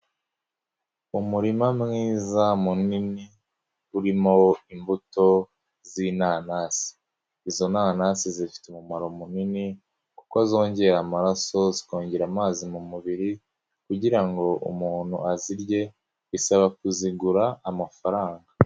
Umurima mwiza munini urimo imbuto z'inanasi, izo nanasi zifite umumaro munini kuko zongera amaraso, zikongera amazi mu mubiri kugira ngo umuntu azirye bisaba kuzigura amafaranga.